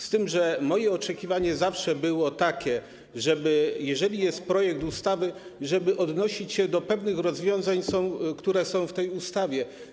Z tym że moje oczekiwanie zawsze było takie, żeby, jeżeli jest projekt ustawy, odnosić się do pewnych rozwiązań, które są w tej ustawie.